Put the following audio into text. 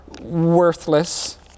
worthless